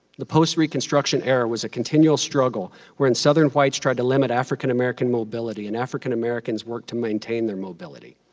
the post reconstruction era was a continual struggle wherein southern whites tried to limit african american mobility and african americans worked to maintain their mobility.